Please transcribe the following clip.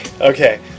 okay